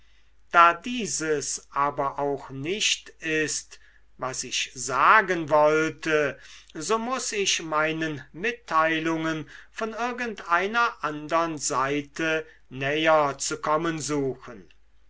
da dieses aber auch nicht ist was ich sagen wollte so muß ich meinen mitteilungen von irgendeiner andern seite näher zu kommen suchen